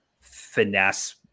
finesse